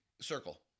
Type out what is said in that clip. circle